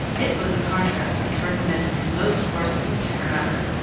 it was a contrast which recommended him most forcibly to her mother.